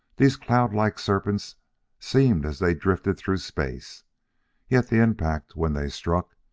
these cloud-like serpents seemed as they drifted through space yet the impact, when they struck,